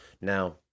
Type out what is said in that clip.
Now